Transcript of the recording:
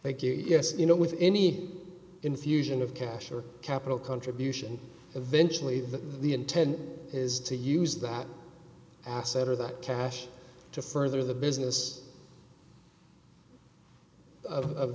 thank you yes you know with any infusion of cash or capital contribution eventually that the intent is to use that asset or that cash to further the business of